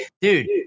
Dude